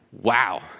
wow